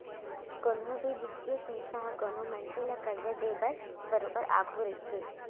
कोनो भी बित्तीय संस्था ह कोनो मनसे ल करजा देय बर बरोबर आघू रहिथे